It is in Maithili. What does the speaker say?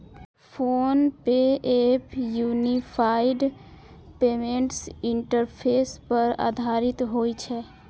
PhonePe app unified payments interface पर आधारित होइ छै